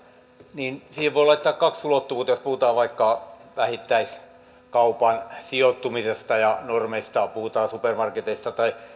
niin siihen voi laittaa kaksi ulottuvuutta jos puhutaan vaikka vähittäiskaupan sijoittumisesta ja normeista puhutaan supermarketeista tai